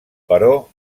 però